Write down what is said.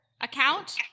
account